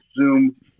Zoom